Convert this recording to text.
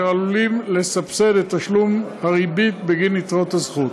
אשר עלולות לסבסד את תשלום הריבית בגין יתרות הזכות.